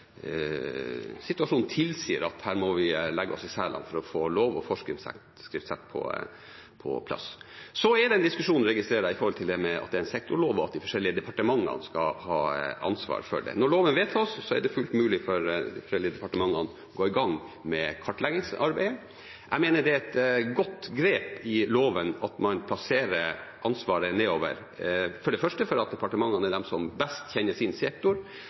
situasjonen tilsier at her må vi legge oss i selen for å få lov og forskriftssett på plass. Så er det en diskusjon, registrerer jeg, knyttet til at det er en sektorlov, og at de forskjellige departementene skal ha ansvar for det. Når loven vedtas, er det fullt mulig for de forskjellige departementene å gå i gang med kartleggingsarbeidet. Jeg mener det er et godt grep i loven at man plasserer ansvaret nedover, for det første fordi departementene er de som best kjenner sin sektor,